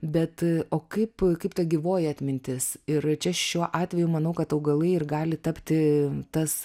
bet o kaip kaip ta gyvoji atmintis ir čia šiuo atveju manau kad augalai ir gali tapti tas